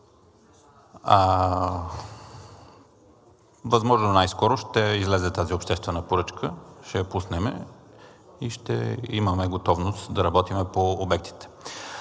Възможно най-скоро ще излезе тази обществена поръчка, ще я пуснем и ще имаме готовност да работим по обектите.